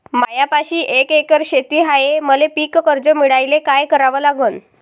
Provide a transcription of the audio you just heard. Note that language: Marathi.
मायापाशी एक एकर शेत हाये, मले पीककर्ज मिळायले काय करावं लागन?